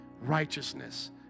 righteousness